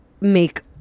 make